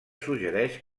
suggereix